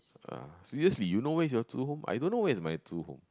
ah seriously you know where is your true home I don't know where is my true home